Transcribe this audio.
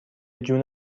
جون